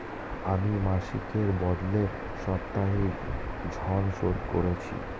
আমি মাসিকের বদলে সাপ্তাহিক ঋন শোধ করছি